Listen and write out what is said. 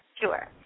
Sure